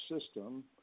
system